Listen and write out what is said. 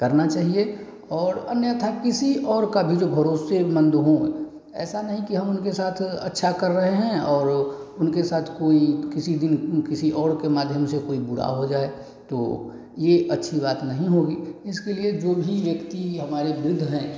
करना चाहिए और अन्यथा किसी और का भी जो भरोसेमन्द हों ऐसा नहीं कि हम उनके साथ अच्छा कर रहे हैं और उनके साथ कोई किसी दिन किसी और के माध्यम से कोई बुरा हो जाए तो यह अच्छी बात नहीं होगी इसके लिए जो भी व्यक्ति हमारे वृद्ध हैं